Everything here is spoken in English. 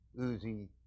oozy